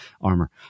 armor